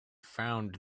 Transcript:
found